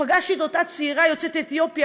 פגשתי את אותה צעירה יוצאת אתיופיה